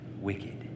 wicked